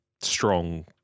strong